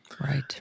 Right